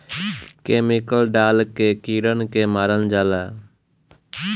chemical डाल के कीड़न के मारल जाला